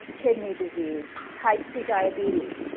kidney disease, type two diabetes,